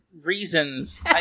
reasons